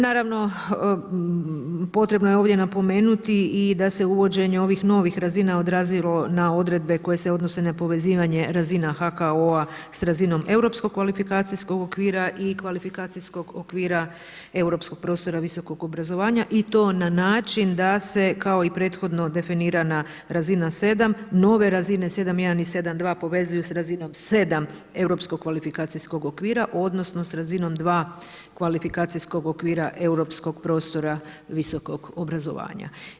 Naravno, potrebno je ovdje napomenuti i da se uvođenje ovih novih razina odrazilo na odredbe koje se odnose na povezivanje razina HKO-a s razinom europskog kvalifikacijskog okvira i kvalifikacijskog okvira Europskog prostora visokog obrazovanja i to na način da se kao i prethodno definirana razina 7., nove razine 7.1. i 7.2. povezuju s razinom 7 Europskog kvalifikacijskog okvira, odnosno s razinom 2 kvalifikacijskog okvira Europskog prostora visokog obrazovanja.